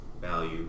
value